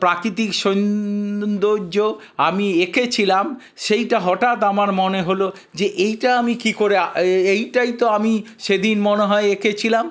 প্রাকিতিক সৌন্দর্য আমি এঁকেছিলাম সেইটা হঠাৎ আমার মনে হলো যে এইটা আমি কি করে এইটাই তো আমি সেদিন মনে হয় এঁকেছিলাম